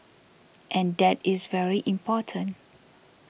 and that is very important